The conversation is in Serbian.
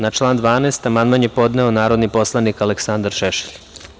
Na član 12. amandman je podneo narodni poslanik Aleksandar Šešelj.